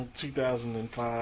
2005